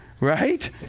right